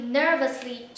nervously